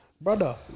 brother